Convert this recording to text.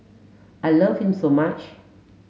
I love him so much